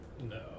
No